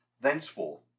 thenceforth